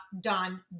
done